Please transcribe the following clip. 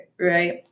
right